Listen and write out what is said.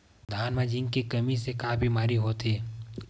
धान म जिंक के कमी से का बीमारी होथे?